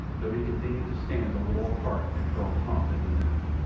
though he continued to stand a little apart and hurl taunts at his enemy.